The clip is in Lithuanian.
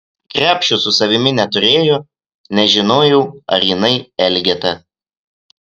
krepšio su savimi neturėjo nežinojau ar jinai elgeta